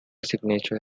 signature